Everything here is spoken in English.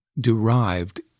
derived